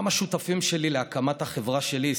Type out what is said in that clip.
גם השותפים שלי להקמת החברה שלי,